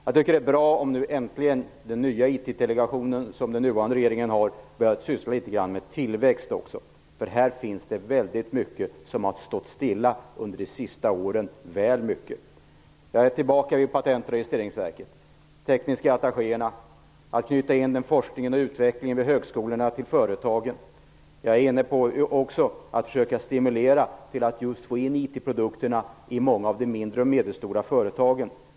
Jag tycker att det är bra om nu äntligen den nya IT-kommissionen som den nuvarande regeringen har också kommer att syssla litet grand med tillväxt. Här finns det väldigt mycket som har stått stilla under de senaste åren. Jag är här tillbaka till frågan om Patentoch registreringsverket, de tekniska attachéerna och att knyta forskningen och utvecklingen vid högskolorna till företagen. Jag anser också att man skall försöka stimulera att få in just IT-produkterna i många av de mindre och medelstora företagen.